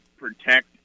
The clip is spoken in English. Protect